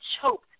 choked